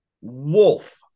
wolf